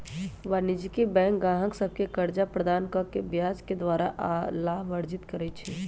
वाणिज्यिक बैंक गाहक सभके कर्जा प्रदान कऽ के ब्याज द्वारा लाभ अर्जित करइ छइ